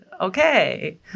okay